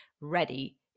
ready